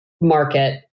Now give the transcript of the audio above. market